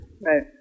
Right